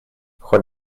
хоть